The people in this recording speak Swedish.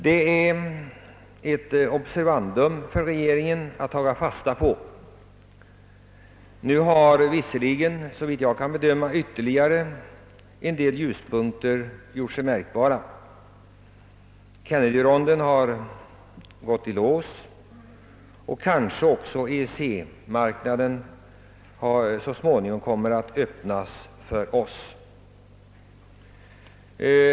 Detta är ett observandum för regeringen att ta fasta på, även om man har kunnat notera en del ljuspunkter, Förhandlingarna i Kennedyronden har t.ex. gått i lås, och kanske kommer också EEC-marknaden så småningom att öppnas för oss.